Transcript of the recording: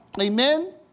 Amen